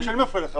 רק כשאני מפריע לך,